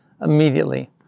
immediately